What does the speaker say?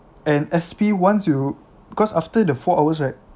and S_P once you because after the four hours right